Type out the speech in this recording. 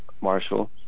Marshall